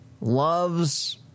loves